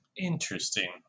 Interesting